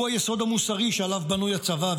הוא היסוד המוסרי שעליו בנוי הצבא,